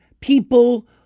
people